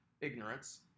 ignorance